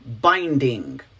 binding